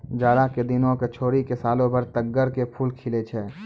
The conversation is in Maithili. जाड़ा के दिनों क छोड़ी क सालों भर तग्गड़ के फूल खिलै छै